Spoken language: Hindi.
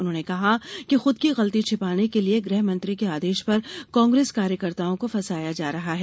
उन्होंने कहा कि खुद की गलती छिपाने के लिये गृहमंत्री के आदेश पर कांग्रेस कार्यकर्ताओं को फंसाया जा रहा है